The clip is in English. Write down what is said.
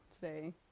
today